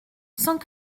sans